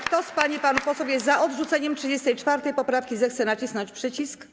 Kto z pań i panów posłów jest za odrzuceniem 34. poprawki, zechce nacisnąć przycisk.